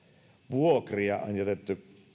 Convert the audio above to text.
vuokria on jätetty